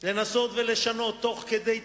לנסות ולשנות, תוך כדי תיאום,